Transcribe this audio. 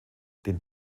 den